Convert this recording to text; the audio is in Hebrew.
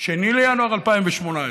2 בינואר 2018,